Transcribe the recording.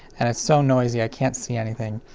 and it's so noisy i can't see anything.